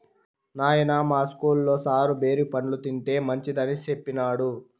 నాయనా, మా ఇస్కూల్లో సారు బేరి పండ్లు తింటే మంచిదని సెప్పినాడు